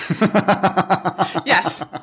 Yes